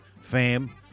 fam